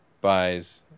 buys